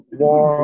war